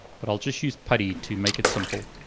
but i'll just use putty to make it simple.